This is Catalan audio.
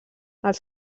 els